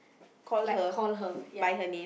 like call her ya